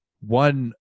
one